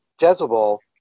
Jezebel